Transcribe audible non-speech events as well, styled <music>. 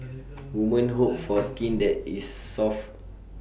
<noise> women hope for skin that is soft